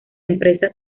empresa